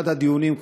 אחד הדיונים,